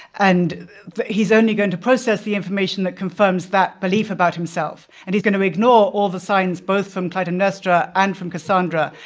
and he's only going to process the information that confirms that belief about himself. and he's going to ignore all the signs, both from clytemnestra and from cassandra,